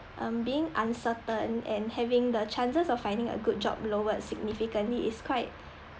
um being uncertain and having the chances of finding a good job lowered significantly is quite